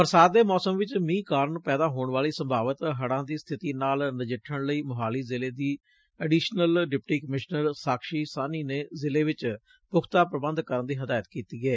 ਬਰਸਾਤ ਦੇ ਮੌਸਮ ਵਿੱਚ ਮੀਹ ਕਾਰਨ ਪੈਦਾ ਹੋਣ ਵਾਲੀ ਸੰਭਾਵਿਤ ਹੜ੍ਵਾਂ ਦੀ ਸਬਿਤੀ ਨਾਲ ਨਜਿੱਠਣ ਲਈ ਮੋਹਾਲੀ ਜ਼ਿਲ੍ਹੇ ਦੀ additional deputy commissioner Sakshi Sahni ਨੇ ਜ਼ਿਲ੍ਹੇ ਚ ਪੁਖ਼ਤਾ ਪ੍ਰਬੰਧ ਕਰਨ ਦੀ ਹਿਦਾਇਤ ਕੀਤੀ ਏ